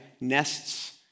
nests